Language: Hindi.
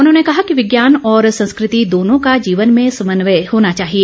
उन्होंने कहा कि विज्ञान और संस्कृति दोनों का जीवन में समन्वय होना चाहिए